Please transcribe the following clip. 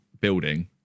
building